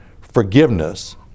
forgiveness